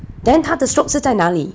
then 她的 stroke 是在哪里